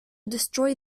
destroy